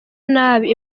nabi